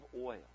oil